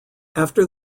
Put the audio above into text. after